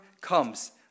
comes